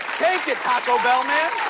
take it, taco bell man!